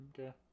Okay